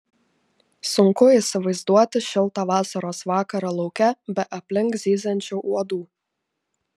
sunku įsivaizduoti šiltą vasaros vakarą lauke be aplink zyziančių uodų